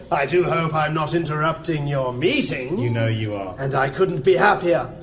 i do hope i'm not interrupting your meeting. you know you are. and i couldn't be happier.